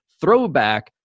throwback